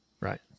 Right